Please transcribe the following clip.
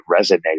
resonated